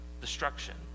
destruction